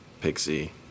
pixie